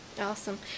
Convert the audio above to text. Awesome